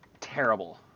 terrible